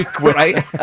right